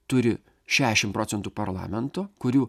turi šešim procentų parlamento kurių